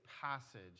passage